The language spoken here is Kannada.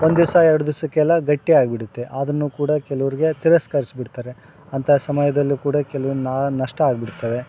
ಒಂದು ದಿವಸ ಎರಡು ದಿವಸಕ್ಕೆಲ್ಲ ಗಟ್ಟಿ ಆಗಿಬಿಡುತ್ತೆ ಅದನ್ನು ಕೂಡ ಕೆಲವ್ರಿಗೆ ತಿರಸ್ಕರಿಸಿಬಿಡ್ತಾರೆ ಅಂಥ ಸಮಯದಲ್ಲು ಕೂಡ ಕೆಲವೊಂದ್ ನಷ್ಟ ಆಗಿಬಿಡ್ತವೆ